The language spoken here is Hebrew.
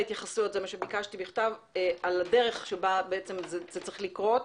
התייחסויות בכתב על הדרך שבה זה צריך לקרות